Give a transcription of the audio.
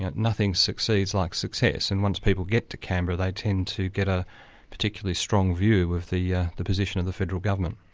nothing succeeds like success and once people get to canberra they tend to get a particularly strong view of the yeah the position of the federal government.